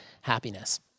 happiness